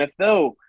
NFL